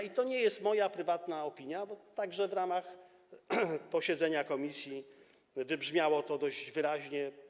I to nie jest moja prywatna opinia, bo także w ramach posiedzenia komisji wybrzmiało to dość wyraźnie.